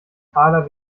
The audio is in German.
taler